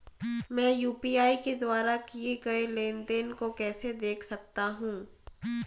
मैं यू.पी.आई के द्वारा किए गए लेनदेन को कैसे देख सकता हूं?